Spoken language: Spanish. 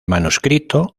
manuscrito